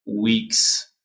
weeks